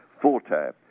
full-time